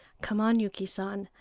come on, yuki san,